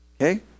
Okay